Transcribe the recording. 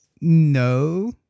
No